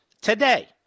today